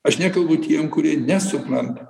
aš nekalbu tiem kurie nesupranta